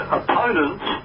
opponents